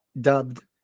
dubbed